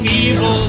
evil